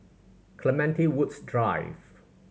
Clementi Woods Drive